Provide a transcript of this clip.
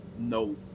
No